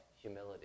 humility